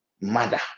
mother